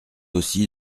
aussi